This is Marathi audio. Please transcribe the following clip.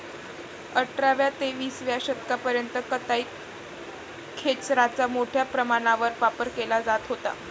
अठराव्या ते विसाव्या शतकापर्यंत कताई खेचराचा मोठ्या प्रमाणावर वापर केला जात होता